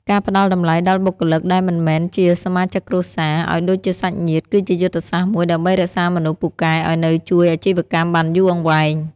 ការផ្តល់តម្លៃដល់បុគ្គលិកដែលមិនមែនជាសមាជិកគ្រួសារឱ្យដូចជាសាច់ញាតិ គឺជាយុទ្ធសាស្ត្រមួយដើម្បីរក្សាមនុស្សពូកែឱ្យនៅជួយអាជីវកម្មបានយូរអង្វែង។